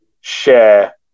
share